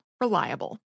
Reliable